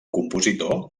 compositor